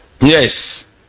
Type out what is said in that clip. Yes